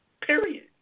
period